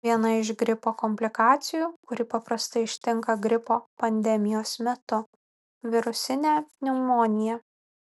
viena iš gripo komplikacijų kuri paprastai ištinka gripo pandemijos metu virusinė pneumonija